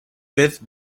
fifth